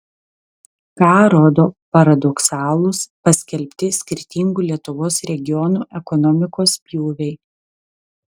ką rodo paradoksalūs paskelbti skirtingų lietuvos regionų ekonomikos pjūviai